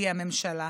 והיא הממשלה.